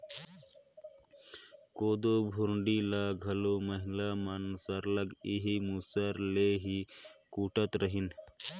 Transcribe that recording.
कोदो भुरडी ल घलो महिला मन सरलग एही मूसर ले ही कूटत रहिन